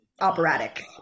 operatic